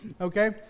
okay